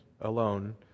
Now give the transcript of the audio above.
Alone